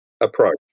approach